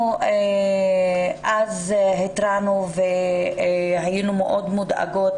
בשנת 2018 התרענו אז והיינו מאוד מודאגות,